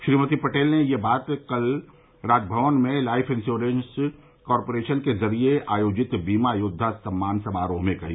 श्रीमती पटेल ने यह बात कल राजभवन में लाइफ इन्श्योरेश कार्पोरेशन के ज़रिए आयोजित बीमा योद्वा सम्मान समारोह में कही